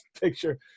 picture